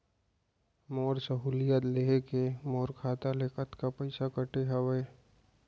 मोर सहुलियत लेहे के मोर खाता ले कतका पइसा कटे हवये?